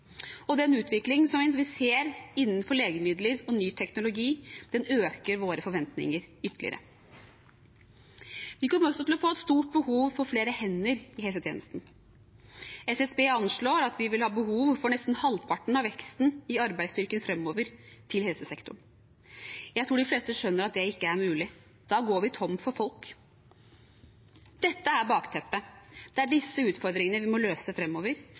vi ser innenfor legemidler og ny teknologi, øker våre forventninger ytterligere. Vi kommer også til å få et stort behov for flere hender i helsetjenesten. SSB anslår at vi vil ha behov for nesten halvparten av veksten i arbeidsstyrken fremover i helsesektoren. Jeg tror de fleste skjønner at det ikke er mulig. Da går vi tom for folk. Dette er bakteppet. Det er disse utfordringene vi må løse fremover,